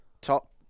top